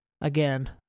again